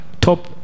top